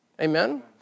Amen